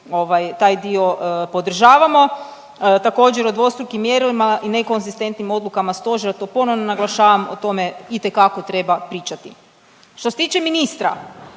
taj dio podržavamo. Također o dvostrukim mjerilima i nekonzistentnim odlukama Stožera to ponovno naglašavam o tome itekako treba pričati. Što se tiče ministra.